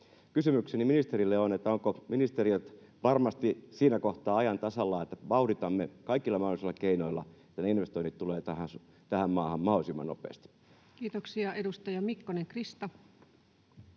Kysymykseni ministerille on, ovatko ministeriöt varmasti siinä kohtaa ajan tasalla, että vauhditamme kaikilla mahdollisilla keinoilla, että ne investoinnit tulevat tähän maahan mahdollisimman nopeasti. [Speech 300] Speaker: